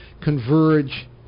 converge